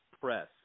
press